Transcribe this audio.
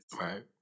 Right